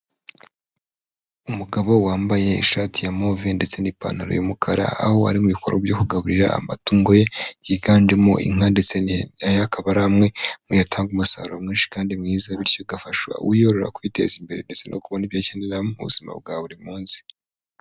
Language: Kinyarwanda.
Umugabo wambaye ishati ya move ndetse n'ipantaro y'umukara, aho ari mu bikorwaro byo kugaburira amatungo ye yiganjemo inka ndetse n'ihene. Aya akaba ari amwe mu yatanga umusaruro mwinshi kandi mwiza bityo bigafasha uyorora kubiteza imbere, ndetse no kubona ibyo akenera mu buzima bwa buri munsi.